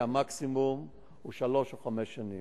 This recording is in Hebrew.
המקסימום הוא שלוש או חמש שנים.